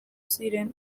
ziren